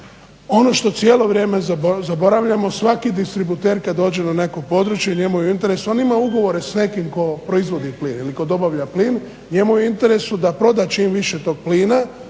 ono što cijelo vrijeme zaboravljamo, svaki distributer kad dođe na neko područje, njemu je u interesu, on ima ugovore s nekim tko proizvodi plin ili tko dobavlja plin. Njemu je u interesu da proda čim više tog plina,